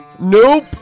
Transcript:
Nope